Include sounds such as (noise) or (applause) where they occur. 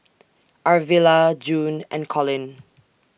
Arvilla June and Collin (noise)